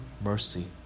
mercy